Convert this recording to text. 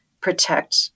protect